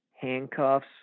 Handcuffs